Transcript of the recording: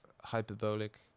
hyperbolic